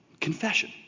Confession